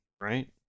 right